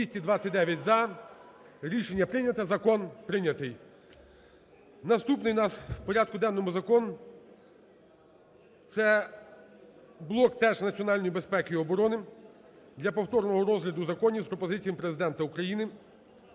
За-229 Рішення прийняте. Закон прийнятий. Наступний у нас в порядку денному закон – це блок теж національної безпеки і оборони для повторного розгляду законів з пропозиціями Президента України